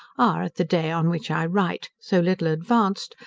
are, at the day on which i write, so little advanced,